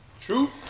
true